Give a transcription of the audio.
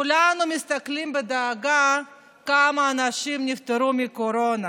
כולנו מסתכלים בדאגה על כמה אנשים נפטרו מקורונה.